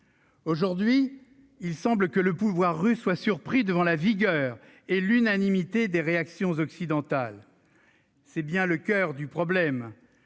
Aujourd'hui, il semble que le pouvoir russe soit surpris par la vigueur et l'unanimité des réactions occidentales. C'est bien là le coeur du problème.